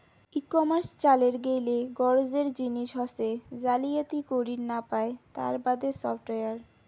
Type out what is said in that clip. ই commerce চালের গেইলে গরোজের জিনিস হসে জালিয়াতি করির না পায় তার বাদে সফটওয়্যার